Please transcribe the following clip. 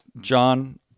John